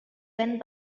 went